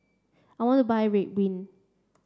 I want to buy Ridwind